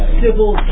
civil